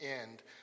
end